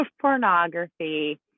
pornography